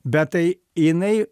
bet tai jinai